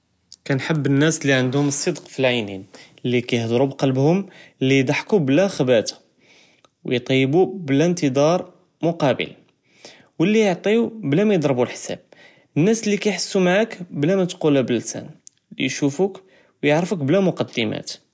קנחב אלנאס אללי ענדהם אסדק פעלעינין, אללי ידהקו בקלבם, אללי ידהקו בלא ח'באסה, ו יטיבו בלא אינת'דר מקאבאל ו אללי קיעטיו בלא מא ידרבו אלחסאב, אלנאס אללי קיחסו מעאק בלא מתקולב אללסן קיחסו ביך וישופוק בלא מוקדמאט.